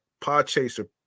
Podchaser